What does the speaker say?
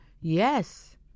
Yes